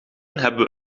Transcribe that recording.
hebben